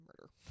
murder